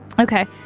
Okay